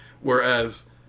Whereas